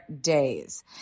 days